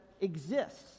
exists